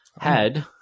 head